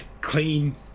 clean